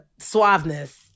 suaveness